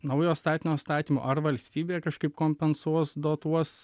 naujo statinio statymo ar valstybė kažkaip kompensuos dotuos